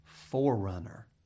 forerunner